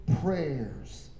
prayers